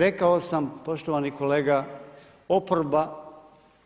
Rekao sam poštovani kolega, oporba